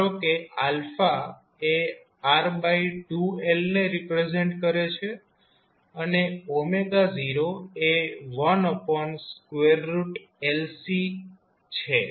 ધારો કે એ R2Lને રિપ્રેઝેન્ટ કરે છે અને 01LC છે